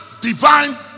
divine